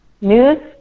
news